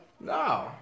No